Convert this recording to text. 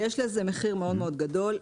יש לזה מחיר מאוד מאוד גדול.